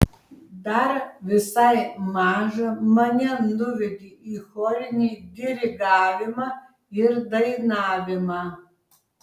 dar visai mažą mane nuvedė į chorinį dirigavimą ir dainavimą